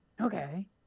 Okay